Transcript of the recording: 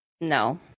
No